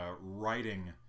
writing